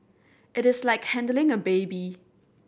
it is like handling a baby